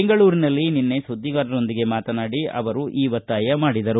ಬೆಂಗಳೂರಿನಲ್ಲಿ ನಿನ್ನೆ ಸುದ್ದಿಗಾರರೊಂದಿಗೆ ಮಾತನಾಡಿ ಈ ಒತ್ತಾಯ ಮಾಡಿದರು